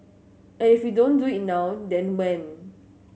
and if we don't do it now then when